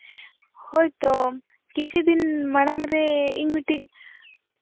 ᱦᱳᱭ ᱛᱚ ᱠᱤᱪᱷᱩ ᱫᱤᱱ ᱢᱟᱲᱟᱝ ᱨᱮ ᱤᱧ ᱢᱤᱫᱴᱮᱱ